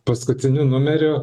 paskutiniu numeriu